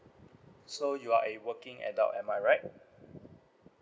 so you are a working adult am I right